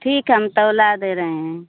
ठीक है हम तौला दे रहे हैं